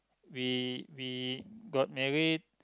we we got married